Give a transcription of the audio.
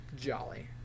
Jolly